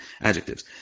adjectives